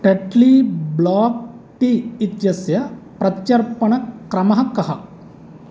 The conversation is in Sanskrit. टट्ली ब्लाक् टी इत्यस्य प्रत्यर्पणक्रमः कः